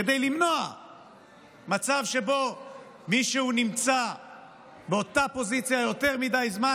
כדי למנוע מצב שבו מישהו נמצא באותה פוזיציה יותר מדי זמן